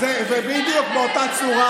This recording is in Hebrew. ובדיוק באותה צורה,